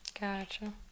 gotcha